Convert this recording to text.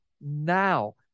now